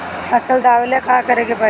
फसल दावेला का करे के परी?